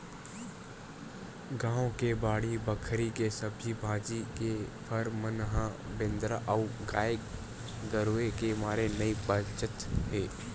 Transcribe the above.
गाँव के बाड़ी बखरी के सब्जी भाजी, के फर मन ह बेंदरा अउ गाये गरूय के मारे नइ बाचत हे